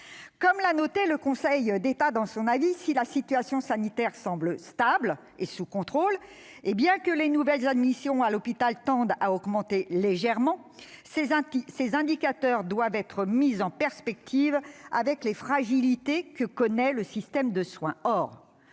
Comme l'a souligné le Conseil d'État dans son avis, si la situation sanitaire semble stable et sous contrôle, et bien que les nouvelles admissions à l'hôpital tendent à augmenter légèrement, ces indicateurs doivent être mis en perspective avec les fragilités que connaît le système de soins. Que